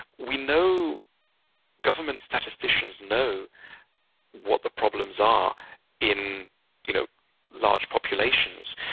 we know government statisticians know what the problems are in you know large populations.